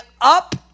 up